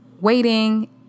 waiting